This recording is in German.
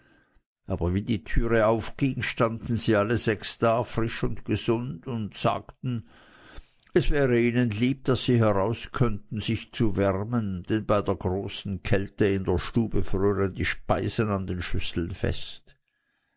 aber wie die türe aufging standen sie alle sechs da frisch und gesund und sagten es wäre ihnen lieb daß sie heraus könnten sich zu wärmen denn bei der großen kälte in der stube frören die speisen in den schüsseln fest